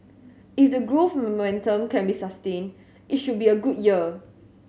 if the growth momentum can be sustained it should be a good year